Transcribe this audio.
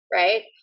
right